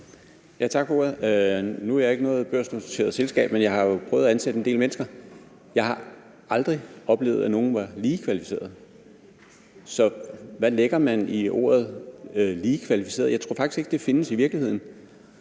Tak for ordet. Nu er jeg ikke noget børsnoteret selskab, men jeg har jo prøvet at ansætte en del mennesker. Jeg har aldrig oplevet, at nogen var lige kvalificerede. Så hvad lægger man i ordene lige kvalificerede? Jeg tror faktisk ikke, det findes i virkeligheden.